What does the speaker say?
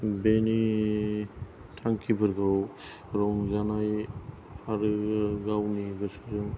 बेनि थांखिफोरखौ रंजानाय आरो गावनि गोसोजों